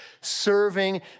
serving